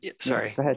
sorry